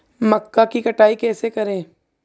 मक्का की कटाई कैसे करें?